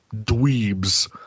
dweebs